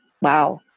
wow